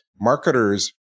marketers